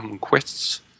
quests